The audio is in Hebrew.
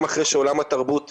גם אחרי שעולם התרבות ייפתח.